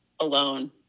alone